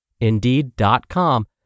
Indeed.com